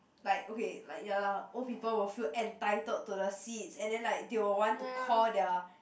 like okay like ya lah old people will feel entitled to the seats and then like they will want to call their